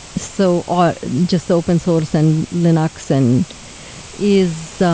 so or just open source and linux and is so